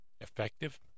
effective